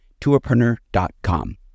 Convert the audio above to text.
tourpreneur.com